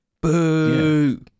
boo